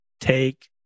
take